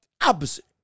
opposite